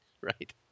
Right